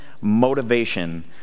motivation